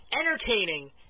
entertaining